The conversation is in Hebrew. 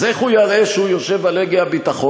אז איך הוא יראה שהוא יושב על הגה הביטחון?